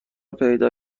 پیدا